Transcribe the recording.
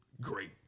great